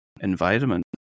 environment